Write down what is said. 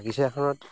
বাগিচা এখনত